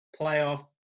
playoff